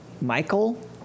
Michael